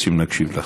רוצים להקשיב לך.